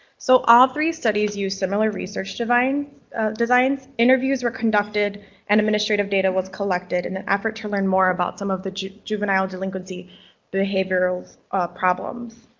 so all three studies use similar research design designs. interviews were conducted and administrative data was collected in an effort to learn more about some of the juvenile delinquency behavioral problems.